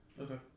Okay